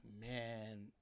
man